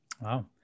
Wow